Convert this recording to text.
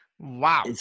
Wow